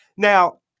Now